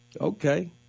Okay